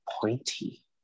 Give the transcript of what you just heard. pointy